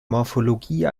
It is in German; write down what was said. morphologie